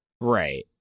right